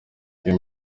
ngo